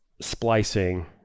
splicing